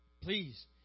Please